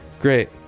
Great